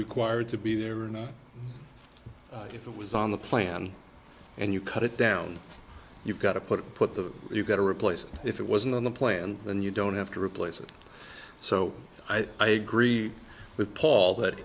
required to be there or not if it was on the plan and you cut it down you've got to put it put the you got to replace if it wasn't on the plan then you don't have to replace it so i agree with paul that